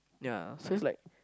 ya so it's like